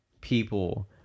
people